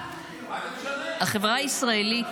החברה הישראלית,